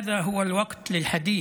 זה הזמן לדבר